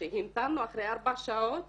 כשהמתנו אחרי ארבע שעות